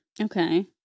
Okay